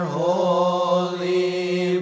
holy